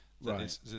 Right